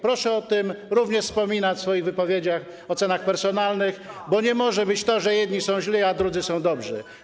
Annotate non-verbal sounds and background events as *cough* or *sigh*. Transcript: Proszę o tym również wspominać w swoich wypowiedziach, ocenach personalnych, bo nie może być tak, że jedni są źli, *noise* a drudzy są dobrzy.